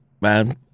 man